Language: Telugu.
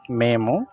మేము